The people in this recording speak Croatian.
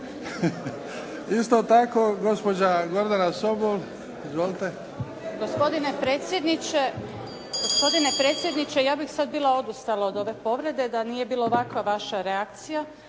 Isto tako gospođa Gordana Sobol. Izvolite. **Sobol, Gordana (SDP)** Gospodine predsjedniče ja bih sada bila odustala od ove povrede da nije bila ovakva vaša reakcija,